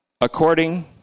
according